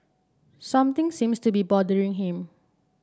something seems to be bothering him